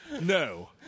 No